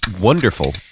wonderful